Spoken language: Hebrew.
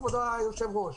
כבוד היושב-ראש.